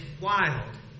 wild